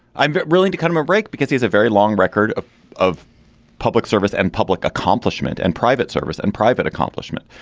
i'm really to cut him a break because he's a very long record of of public service and public accomplishment and private service and private accomplishment.